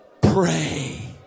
Pray